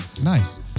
Nice